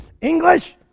English